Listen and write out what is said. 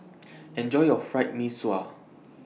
Enjoy your Fried Mee Sua